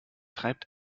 treibt